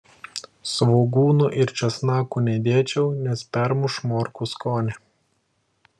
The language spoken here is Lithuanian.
svogūnų ir česnakų nedėčiau nes permuš morkų skonį